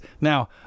Now